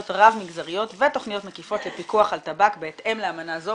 רב מגזריות ותכניות מקיפות לפיקוח על טבק בהתאם לאמנה זו